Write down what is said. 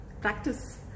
practice